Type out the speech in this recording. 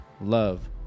Love